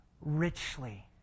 richly